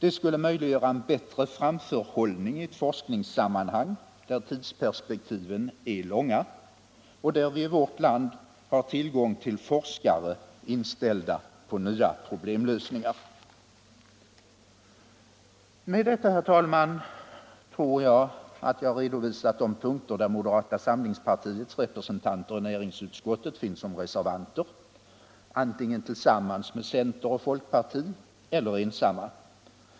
Det skulle möjliggöra en bättre framförhållning i forskningssammanhang, där tidsperspektiven är långa och där vi i vårt land har tillgång till forskare inställda på nya problemlösningar. Med detta, herr talman, tror jag att jag redovisat de punkter där moderata samlingspartiets representanter i näringsutskottet har reserverat sig, antingen tillsammans med centeroch folkpartirepresentanterna eller ensamma.